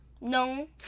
No